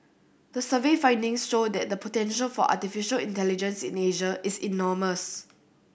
the survey findings show that the potential for artificial intelligence in Asia is enormous